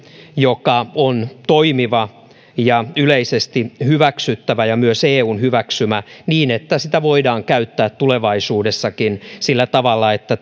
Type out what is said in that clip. joka on toimiva ja yleisesti hyväksyttävä ja myös eun hyväksymä niin että sitä voidaan käyttää tulevaisuudessakin sillä tavalla että